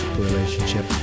relationship